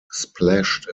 splashed